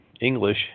English